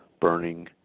burning